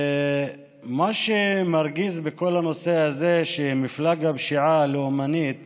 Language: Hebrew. מה שמרגיז בכל הנושא הזה, שמפלג הפשיעה הלאומנית